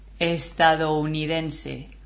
Estadounidense